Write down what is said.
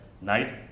night